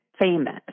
famous